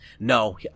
No